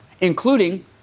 including